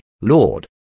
Lord